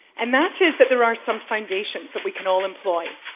and that is that there are some foundations that we can all employ,